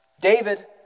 David